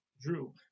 drew